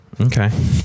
Okay